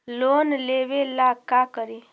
Loan लेबे ला का करि?